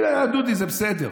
דודי זה בסדר.